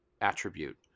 attribute